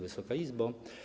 Wysoka Izbo!